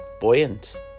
buoyant